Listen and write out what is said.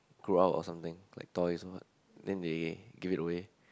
grow out of something like toys or what then they give it away